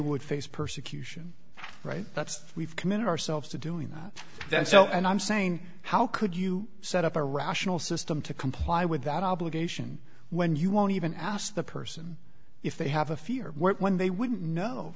would face persecution right that's we've committed ourselves to doing that so and i'm saying how could you set up a rational system to comply with that obligation when you won't even ask the person if they have a fear when they wouldn't know